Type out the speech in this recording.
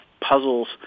puzzles